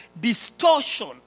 distortion